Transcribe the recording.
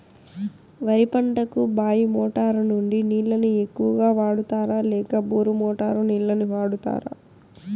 వరి పంటకు బాయి మోటారు నుండి నీళ్ళని ఎక్కువగా వాడుతారా లేక బోరు మోటారు నీళ్ళని వాడుతారా?